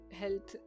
health